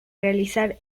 realizar